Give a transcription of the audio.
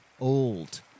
old